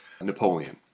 Napoleon